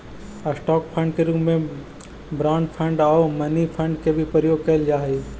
stock fund के रूप में बॉन्ड फंड आउ मनी फंड के भी प्रयोग कैल जा हई